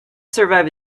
survive